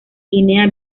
guinea